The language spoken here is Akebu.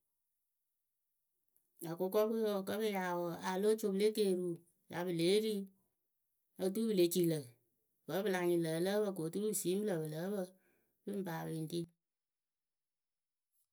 Akʊkɔpǝe kǝ́ pɨ yaa wǝǝ a lóo co pɨ le keeriu ya pɨ lée ri oturu pɨ le ci lǝ̈ vǝ́ pɨ la nhyɩŋ lǝ̈ ǝ lǝ́ǝ pǝ ko oturu pɨ siimɨ lǝ̈ pɨ lǝ́ǝ pǝ pɨŋ pa pɨŋ ri.